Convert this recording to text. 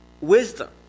wisdom